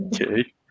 okay